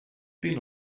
been